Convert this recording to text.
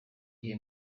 gihe